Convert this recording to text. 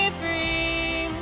free